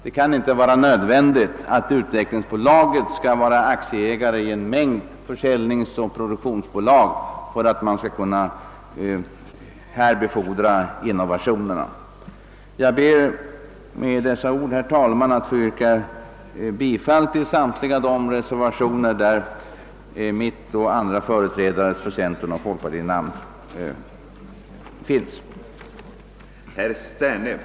Det kan inte vara nödvändigt att utvecklingsbolaget är aktieägare i en mängd försäljningsoch produktionsbolag för att det skall kunna befordra innovationerna. Herr talman! Jag ber att med dessa ord få yrka bifall till samtliga de reservationer där mitt eget namn och namnen på övriga företrädare för centern och folkpartiet antecknats.